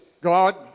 God